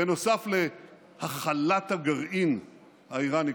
נוסף להכלת הגרעין האיראני,